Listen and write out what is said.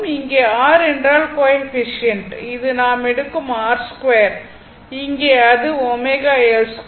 இங்கே R என்றால் coefficient இது நாம் எடுக்கும் R2 இங்கே அது ωL2